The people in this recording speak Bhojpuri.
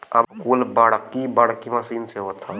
अब कुल बड़की बड़की मसीन से होत हौ